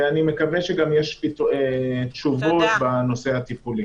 ואני מקווה שיש גם תשובות בנושא הטיפולי.